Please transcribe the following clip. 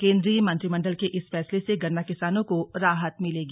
केंद्रीय मंत्रिमंडल के इस फैसले से गन्ना किसानों को राहत मिलेगी